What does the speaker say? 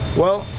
well.